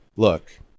Look